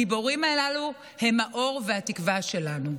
הגיבורים הללו הם האור והתקווה שלנו.